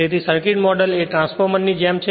તેથી circuit model એ transformer ની જેમ છે